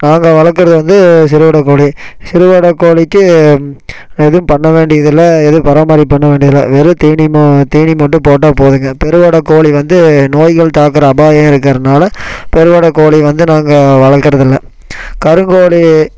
நாங்கள் வளக்கிறது வந்து சிறுவிட கோழி சிறுவிட கோழிக்கு எதுவும் பண்ண வேண்டியதில்லை எதுவும் பராமரிப்பு பண்ண வேண்டியதில்லை வெறும் தீனி தீனி மட்டும் போட்டால் போதும்ங்க பெருவிட கோழி வந்து நோய்கள் தாக்குகிற அபாயம் இருக்கறதுனால பெருவிட கோழி வந்து நாங்கள் வளர்க்குறதில்ல கருங்கோழி